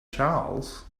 charles